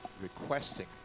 requesting